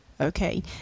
Okay